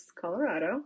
Colorado